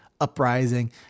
uprising